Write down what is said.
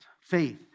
Faith